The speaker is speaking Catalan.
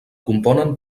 componen